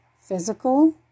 physical